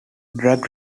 drag